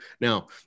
Now